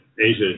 Asia